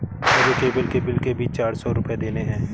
मुझे केबल के बिल के भी चार सौ रुपए देने हैं